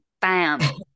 bam